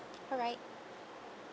alright